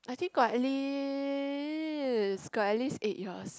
I think got at least got at least eight years